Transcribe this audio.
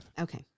Okay